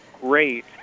great